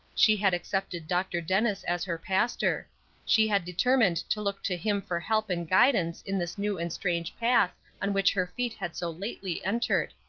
she had accepted dr. dennis as her pastor she had determined to look to him for help and guidance in this new and strange path on which her feet had so lately entered.